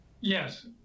yes